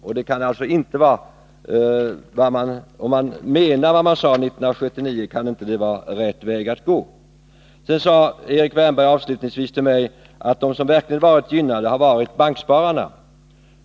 Om man menade vad man sade 1979 kan det inte vara rätt väg att gå. Sedan sade Erik Wärnberg avslutningsvis till mig att de som verkligen har varit missgynnade har varit bankspararna.